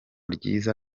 ryiza